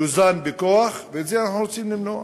יוזן בכוח, ואת זה אנחנו רוצים למנוע.